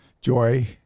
Joy